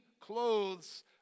clothes